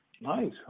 Nice